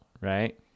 right